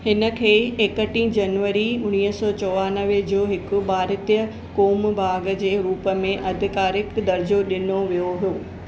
हिनखे एकटीह जनवरी उणवीह सौ चोवानवें जो हिकु भारतीय क़ौम बाग जे रूप में अधिकारिकु दर्जो डि॒नो वियो हुओ